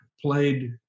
played